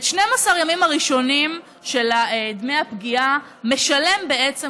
את 12 הימים הראשונים של דמי הפגיעה משלם בעצם,